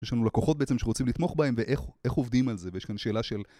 יש לנו לקוחות בעצם שרוצים לתמוך בהם ואיך עובדים על זה ויש כאן שאלה של